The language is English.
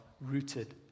rooted